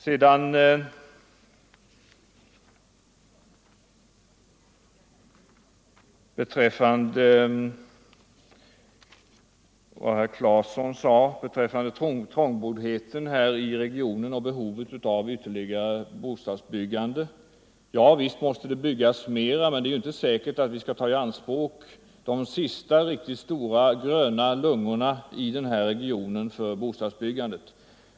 Herr Claeson talade om trångboddheten i regionen och behovet av ytterligare bostadsbyggande. Ja, visst måste det byggas mera, men vi skall därför inte ta de sista riktigt stora gröna lungorna i den här regionen i anspråk för bostadsbyggande.